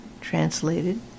translated